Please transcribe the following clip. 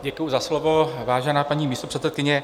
Děkuji za slovo, vážená paní místopředsedkyně.